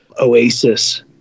Oasis